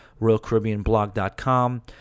RoyalCaribbeanBlog.com